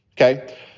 Okay